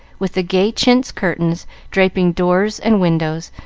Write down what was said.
with the gay chintz curtains draping doors and windows,